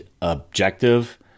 objective